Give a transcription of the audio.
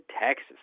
Texas